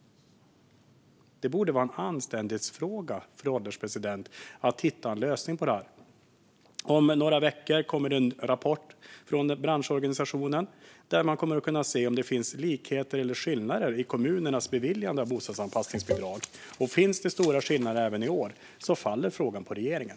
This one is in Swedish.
Det borde vara en anständighetsfråga, fru ålderspresident, att hitta en lösning på det här. Om några veckor kommer det en rapport från branschorganisationen. Där kommer man att kunna se vilka likheter och skillnader det finns i kommunernas beviljande av bostadsanpassningsbidrag. Finns det stora skillnader även i år faller frågan på regeringen.